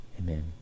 Amen